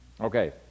Okay